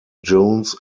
jones